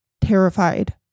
terrified